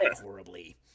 horribly